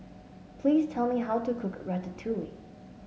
please tell me how to cook Ratatouille